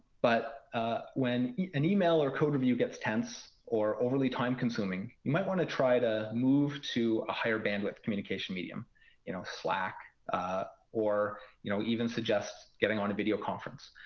but when an email or code review gets tense, or overly time consuming, you might want to try to move to a higher bandwidth communication medium you know slack ah or you know even suggest getting on a video conference.